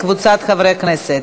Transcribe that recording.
וקבוצת חברי הכנסת.